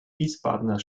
wiesbadener